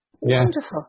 wonderful